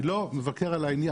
אני לא מבקר על העניין.